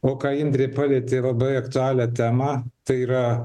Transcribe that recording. o ką indrė palietė labai aktualią temą tai yra